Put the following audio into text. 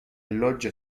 loggia